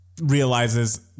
Realizes